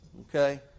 Okay